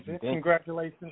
Congratulations